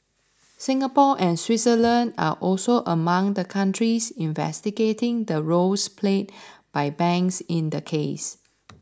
Singapore and Switzerland are also among the countries investigating the roles played by banks in the case